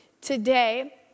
today